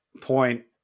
point